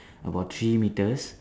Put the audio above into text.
about three metres